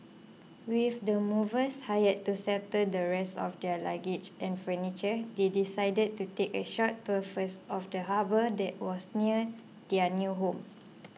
with the movers hired to settle the rest of their luggage and furniture they decided to take a short tour first of the harbour that was near their new home